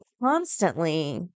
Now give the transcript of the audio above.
constantly